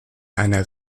einer